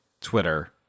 Twitter